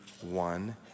one